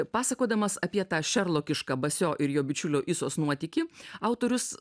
pasakodamas apie tą šerlokišką basio ir jo bičiulio isos nuotykį autorius